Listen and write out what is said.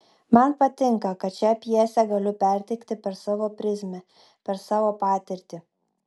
man patinka kad šią pjesę galiu perteikti per savo prizmę per savo patirtį